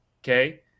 Okay